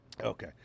Okay